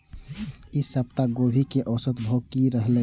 ई सप्ताह गोभी के औसत भाव की रहले?